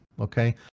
Okay